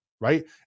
right